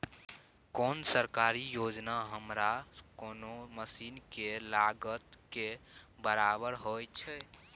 कोन सरकारी योजना हमरा कोनो मसीन के लागत के बराबर होय छै?